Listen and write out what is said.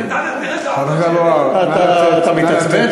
תענה, אתה מתעצבן?